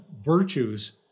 virtues